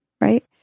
right